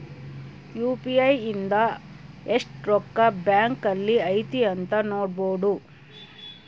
UPI ಇಂದ ಎಸ್ಟ್ ರೊಕ್ಕ ಬ್ಯಾಂಕ್ ಅಲ್ಲಿ ಐತಿ ಅಂತ ನೋಡ್ಬೊಡು